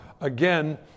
again